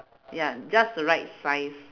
ya just the right size